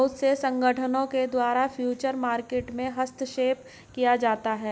बहुत से संगठनों के द्वारा फ्यूचर मार्केट में हस्तक्षेप किया जाता है